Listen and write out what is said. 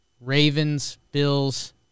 Ravens-Bills